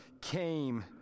came